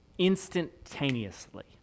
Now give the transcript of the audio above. instantaneously